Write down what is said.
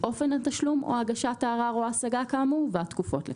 אופן התשלום או הגשת הערר או השגה כאמור והתקופות לכך.